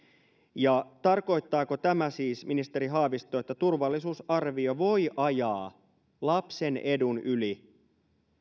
ja tarkoittaako tämä siis ministeri haavisto että turvallisuusarvio voi ajaa lapsen edun yli